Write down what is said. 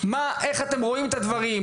איך אתם רואים את הדברים?